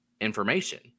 information